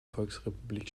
volksrepublik